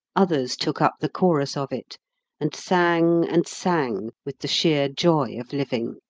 others took up the chorus of it and sang and sang with the sheer joy of living.